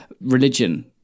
religion